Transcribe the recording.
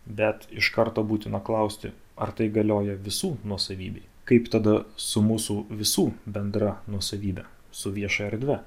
bet iš karto būtina klausti ar tai galioja visų nuosavybei kaip tada su mūsų visų bendra nuosavybe su vieša erdve